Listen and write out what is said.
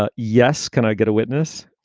ah yes. can i get a witness?